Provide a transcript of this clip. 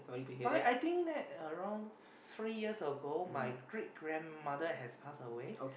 five I think that around three years ago my great grandmother has pass away